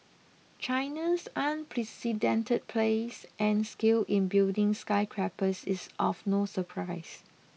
China's unprecedented place and scale in building skyscrapers is of no surprise